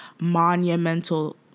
monumental